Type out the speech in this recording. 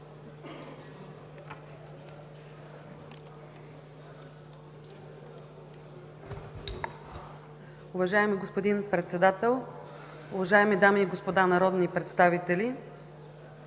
Уважаеми господин Председател, уважаеми дами и господа народни представители!